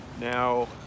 now